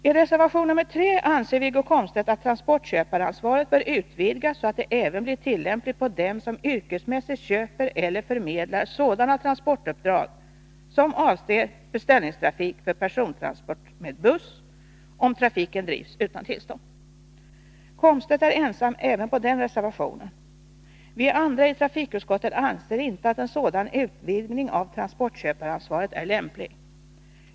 I reservation nr 3 anser Wiggo Komstedt att transportköparansvaret bör utvidgas så att det även blir tillämpligt på dem som yrkesmässigt köper eller förmedlar sådana transportuppdrag som avser beställningstrafik för persontransport med buss, om trafiken drivs utan tillstånd. Wiggo Komstedt är ensam även om den reservationen. Vi andra i trafikutskottet anser inte att en sådan utvidgning av transportköparansvaret är lämplig.